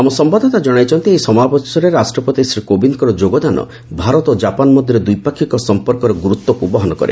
ଆମ ସମ୍ଭାଦଦାତା ଜଣାଇଛନ୍ତି ଏହି ସମାରୋହରେ ରାଷ୍ଟ୍ରପତି ଶ୍ରୀ କୋବିନ୍ଦଙ୍କର ଯୋଗଦାନ ଭାରତ ଓ ଜାପାନ୍ ମଧ୍ୟରେ ଦ୍ୱିପାକ୍ଷିକ ସମ୍ପର୍କର ଗୁରୁତ୍ୱକୁ ବହନ କରେ